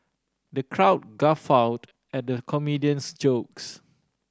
the crowd guffawed at the comedian's jokes